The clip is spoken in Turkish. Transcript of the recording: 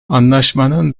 anlaşmanın